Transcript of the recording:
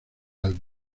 álbum